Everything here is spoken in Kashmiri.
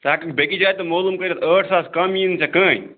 ژٕ ہٮ۪کَکھ بیٚیِس جایہِ تہِ معلوٗم کٔرِتھ ٲٹھ ساس کَم یِی نہٕ ژےٚ کٕہیٖنٛۍ